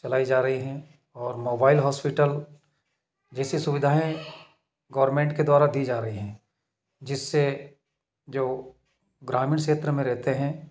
चलाई जा रही हैं और मोबाइल हॉस्पिटल जैसे सुविधाएँ गॉरमेंट के द्वारा दी जा रही हैं जिससे जो ग्रामीण क्षेत्र में रहते हैं